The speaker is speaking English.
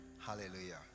hallelujah